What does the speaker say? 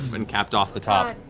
and capped off the top.